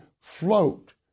float